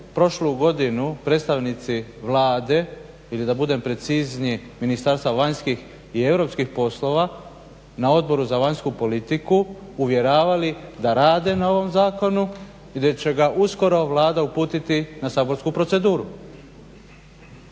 prošlu godinu predstavnici Vlade ili da budem precizniji Ministarstva vanjskih i europskih poslova na Odboru za vanjsku politiku uvjeravali da rade na ovom zakonu i da će ga uskoro Vlada uputiti na saborsku proceduru?